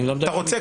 אתה רוצה?